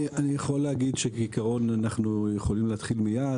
אני יכול להגיד שכעיקרון אנחנו יכולים להתחיל מייד.